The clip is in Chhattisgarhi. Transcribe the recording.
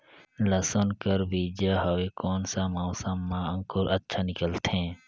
लसुन कर बीजा हवे कोन सा मौसम मां अंकुर अच्छा निकलथे?